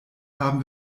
haben